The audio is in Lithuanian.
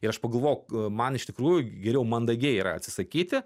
ir aš pagalvojau g man iš tikrųjų geriau mandagiai yra atsisakyti